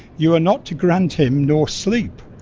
you are not to grant him nor sleep,